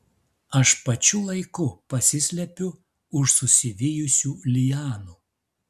aš pačiu laiku pasislepiu už susivijusių lianų